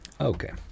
Okay